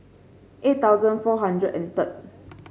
eight thousand four hundred and third